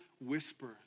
whispers